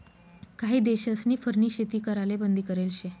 काही देशस्नी फरनी शेती कराले बंदी करेल शे